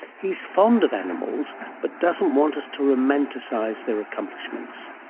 he's fond of animals but doesn't want us to romanticize their accomplishments.